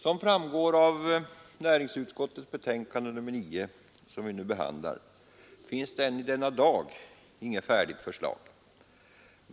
Som framgår av näringsutskottets betänkande nr 9, som vi nu behandlar, finns än i denna dag inget färdigt förslag.